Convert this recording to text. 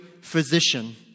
physician